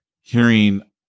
hearing